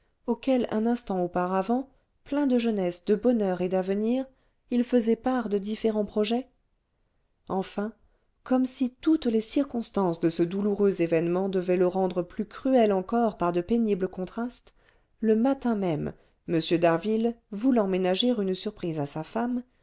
auxquels un instant auparavant plein de jeunesse de bonheur et d'avenir il faisait part de différents projets enfin comme si toutes les circonstances de ce douloureux événement devaient le rendre plus cruel encore par de pénibles contrastes le matin même m d'harville voulant ménager une surprise à sa femme